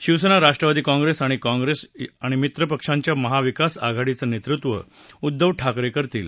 शिवसेना राष्ट्रवादी कॉप्रेस कॉप्रेस आणि मित्रपक्षांच्या महाविकास आघाडीचं नेतृत्व उद्धव ठाकरे करतील